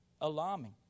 alarming